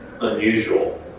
unusual